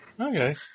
Okay